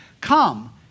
Come